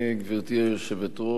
גברתי היושבת-ראש,